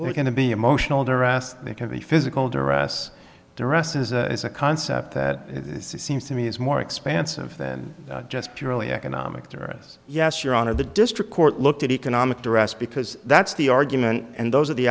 or going to be emotional duress it can be physical duress duress is a is a concept that seems to me is more expansive than just purely economic interest yes your honor the district court looked at economic dress because that's the argument and those are the